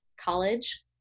college